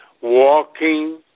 walking